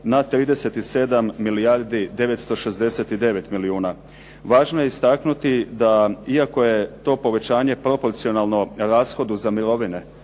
na 37 milijardi 969 milijuna. Važno je istaknuti da iako je to povećanje proporcionalno rashodu za mirovine